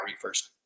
first